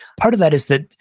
part of that is that,